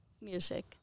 music